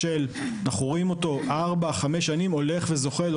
שאנחנו רואים אותו כבר ארבע חמש שנים הולך וזוחל.